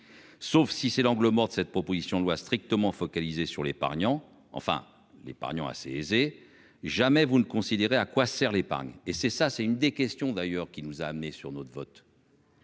Sauf si c'est l'angle mort de cette proposition de loi strictement focalisées sur l'épargnant enfin l'épargnant assez aisée. Jamais vous ne considérez à quoi sert l'épargne et c'est ça, c'est une des questions d'ailleurs qui nous a amenés sur notre vote.